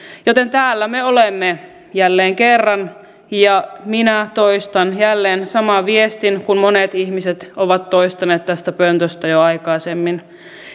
joten täällä me olemme jälleen kerran ja minä toistan jälleen saman viestin kuin minkä monet ihmiset ovat toistaneet tästä pöntöstä jo aikaisemmin